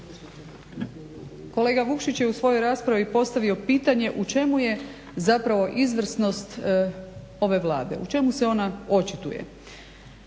kolega Vukšić je u svojoj raspravi postavio pitanje u čemu je izvrsnost ove Vlade u čemu se ona očituje.